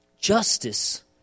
Justice